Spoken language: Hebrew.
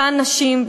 אותן נשים,